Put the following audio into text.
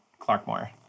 Clarkmore